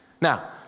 Now